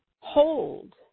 hold